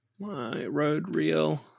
myroadreel